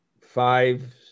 five